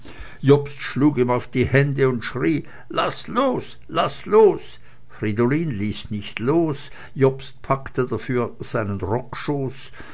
jobst schlug ihm auf die hände und schrie laß los laß los fridolin ließ nicht los jobst packte dafür seinen